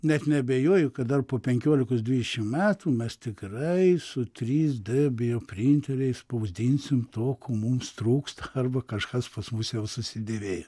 net neabejoju kad dar po penkiolikos dvidešimt metų mes tikrai su trys d bioprinteriais spausdinsim to ko mums trūksta arba kažkas pas mus jau susidėvėjo